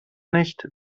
nicht